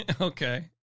Okay